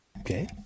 Okay